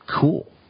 cool